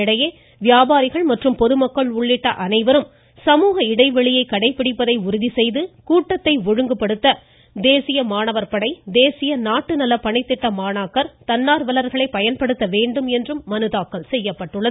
இதனிடையே வியாபாரிகள் மற்றும் பொதுமக்கள் உள்ளிட்ட அனைவரும் சமூக இடைவெளியை கடைபிடிப்பதை உறுதி செய்து கூட்டத்தை ஒழுங்குபடுத்த தேசிய மாணவர் படை தேசிய நாட்டுநலப் பணித்திட்ட மாணவர்கள் தன்னார்வலர்களை பயன்படுத்த வேண்டும் என மனுதாக்கல் செய்யப்பட்டது